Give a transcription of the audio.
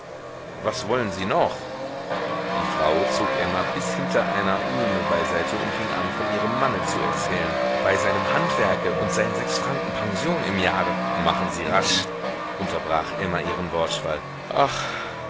was wollen sie noch die frau zog emma bis hinter eine ulme beiseite und fing an von ihrem manne zu erzählen bei seinem handwerke und seinen sechs franken pension im jahre machen sie rasch unterbrach emma ihren wortschwall ach